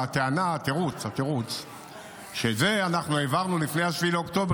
התירוץ שאת זה אנחנו העברנו לפני 7 באוקטובר,